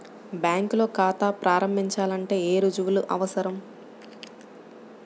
బ్యాంకులో ఖాతా ప్రారంభించాలంటే ఏ రుజువులు అవసరం?